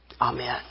Amen